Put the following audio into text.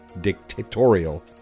dictatorial